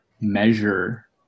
measure